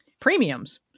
premiums